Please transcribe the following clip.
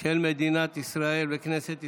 של מדינת ישראל וכנסת ישראל.